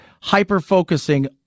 hyper-focusing